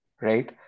Right